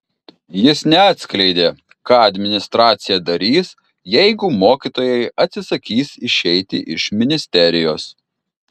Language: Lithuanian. jis neatskleidė ką administracija darys jeigu mokytojai atsisakys išeiti iš ministerijos